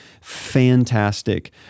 Fantastic